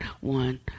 one